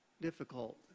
difficult